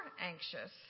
anxious